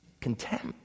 Contempt